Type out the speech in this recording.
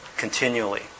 Continually